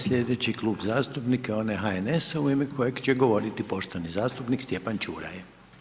Sljedeći klub zastupnika, onaj HNS-a u ime kojeg će govoriti poštovani zastupnik Stjepan Čuraj.